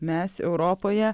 mes europoje